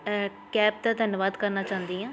cab ਦਾ ਧੰਨਵਾਦ ਕਰਨਾ ਚਾਹੁੰਦੀ ਹਾਂ